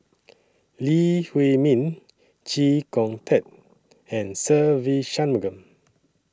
Lee Huei Min Chee Kong Tet and Se Ve Shanmugam